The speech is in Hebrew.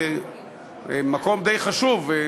זה מקום די חשוב,